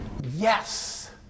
yes